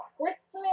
Christmas